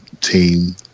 team